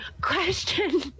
Question